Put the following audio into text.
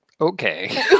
Okay